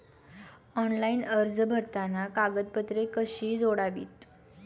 Online अर्ज भरताना कागदपत्रे कशी जोडावीत?